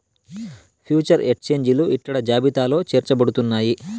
future ఎక్స్చేంజిలు ఇక్కడ జాబితాలో చేర్చబడుతున్నాయి